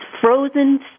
frozen